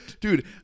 Dude